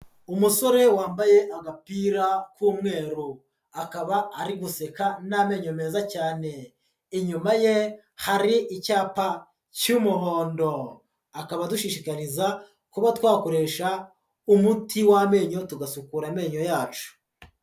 Umusore wambaye agapira k'umweru, akaba ari guseka n'amenyo meza cyane, inyuma ye hari icyapa cy'umuhondo, akaba adushishikariza kuba twakoresha umuti w'amenyo tugasukura amenyo yacu.